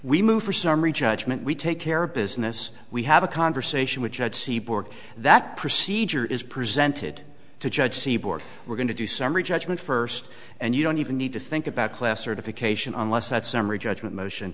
we move for summary judgment we take care of business we have a conversation with judge seaboard that procedure is presented to judge seaboard we're going to do summary judgment first and you don't even need to think about class certification unless that summary judgment motion